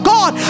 God